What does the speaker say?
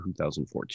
2014